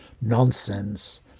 nonsense